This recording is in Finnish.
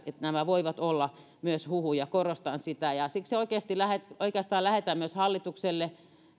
ja nämä voivat olla myös huhuja korostan sitä siksi oikeastaan lähetän myös hallitukselle